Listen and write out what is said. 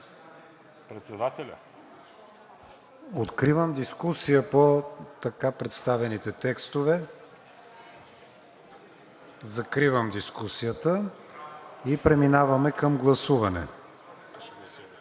Манев. Откривам дискусия по представените текстове. Закривам дискусията и преминаваме към гласуване.